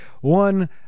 One